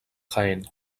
jaén